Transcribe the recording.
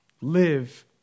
Live